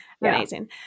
Amazing